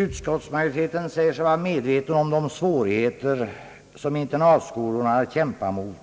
Utskottsmajoriteten säger sig vara medveten om de svårigheter som internatskolorna har att kämpa mot